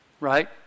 right